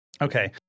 Okay